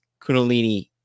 Kundalini